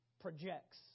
projects